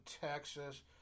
Texas